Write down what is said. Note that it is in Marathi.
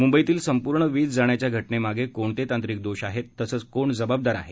मुंबईतील संपूर्ण वीज जाण्याच्या घटनेमागे कोणते तांत्रिक दोष आहेत तसंच कोण जबाबदार आहेत